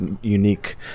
unique